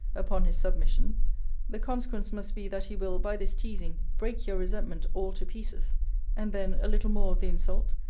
upon his submission the consequence must be, that he will, by this teazing, break your resentment all to pieces and then, a little more of the insult,